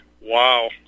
Wow